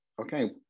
Okay